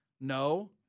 no